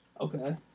Okay